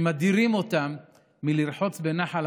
שלוש דקות לרשותך.